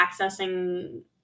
accessing